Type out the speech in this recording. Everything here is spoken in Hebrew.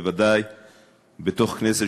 בוודאי בתוך הכנסת,